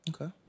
Okay